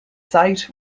site